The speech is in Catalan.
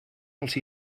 els